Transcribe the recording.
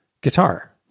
guitar